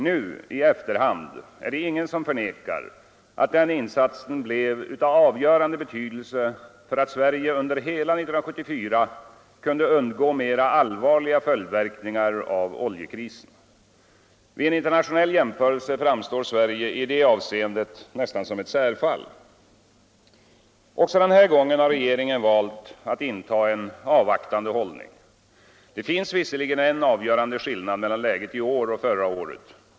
Nu i efterhand är det ingen som förnekar att den insatsen blev av avgörande betydelse för att Sverige under hela 1974 kunde undgå mera allvarliga följdverkningar av oljekrisen. Vid en internationell jämförelse framstår Sverige i det avseendet nästan som ett särfall. Även den här gången har regeringen valt att inta en avvaktande hållning. Det finns visserligen en avgörande skillnad mellan läget i år och förra året.